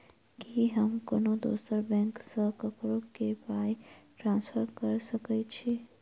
की हम कोनो दोसर बैंक सँ ककरो केँ पाई ट्रांसफर कर सकइत छि?